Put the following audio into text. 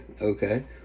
Okay